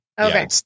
Okay